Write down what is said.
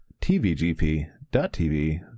tvgp.tv